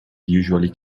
usually